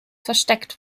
versteckt